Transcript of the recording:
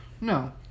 No